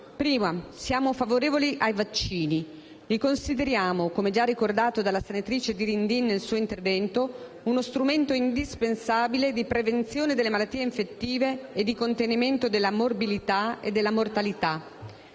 prima: siamo favorevoli ai vaccini. Li consideriamo, come già ricordato dalla senatrice Dirindin nel suo intervento, uno strumento indispensabile di prevenzione delle malattie infettive e di contenimento della morbilità e della mortalità.